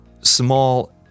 small